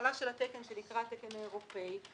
החלה של התקן שנקרא התקן האירופי.